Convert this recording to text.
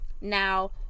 Now